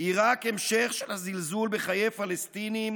היא רק המשך של הזלזול בחיי פלסטינים,